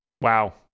Wow